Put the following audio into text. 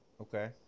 Okay